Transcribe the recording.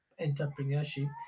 entrepreneurship